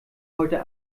heute